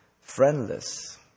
friendless